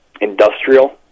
industrial